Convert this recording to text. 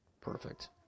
Perfect